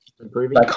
improving